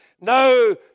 No